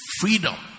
freedom